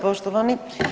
Poštovani.